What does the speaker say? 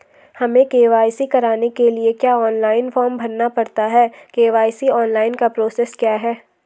हमें के.वाई.सी कराने के लिए क्या ऑनलाइन फॉर्म भरना पड़ता है के.वाई.सी ऑनलाइन का प्रोसेस क्या है?